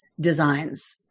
designs